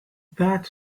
that